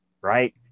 right